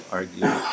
argue